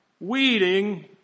weeding